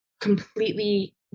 completely